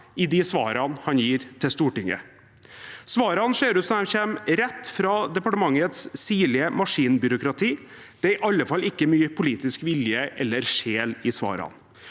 i de svarene han gir til Stortinget. Svarene ser ut som de kommer rett fra departementets sirlige maskinbyråkrati. Det er i alle fall ikke mye politisk vilje eller sjel i svarene.